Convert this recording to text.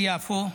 ביפו.